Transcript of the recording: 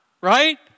right